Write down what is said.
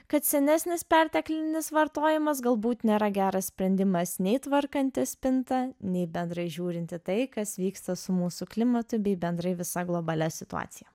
kad senesnis perteklinis vartojimas galbūt nėra geras sprendimas nei tvarkantis spintą nei bendrai žiūrint į tai kas vyksta su mūsų klimatui bei bendrai visa globalia situacija